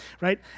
Right